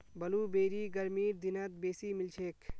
blueberry गर्मीर दिनत बेसी मिलछेक